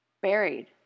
buried